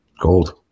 Gold